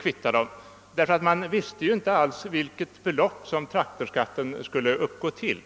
kvitta dem, ty man visste ju inte alls vilket belopp traktorskatten skulle uppgå till.